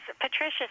Patricia